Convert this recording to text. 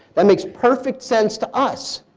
that makes perfect sense to us,